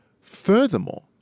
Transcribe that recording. Furthermore